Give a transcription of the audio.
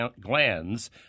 glands